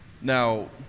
Now